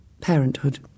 Parenthood